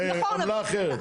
בעמלה אחרת.